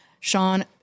Sean